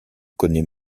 connaît